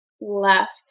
left